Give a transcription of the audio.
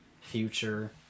future